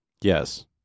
Yes